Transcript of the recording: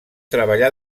treballà